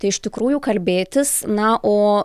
tai iš tikrųjų kalbėtis na o